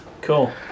Cool